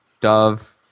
Dove